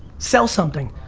sell something,